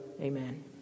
amen